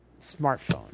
smartphone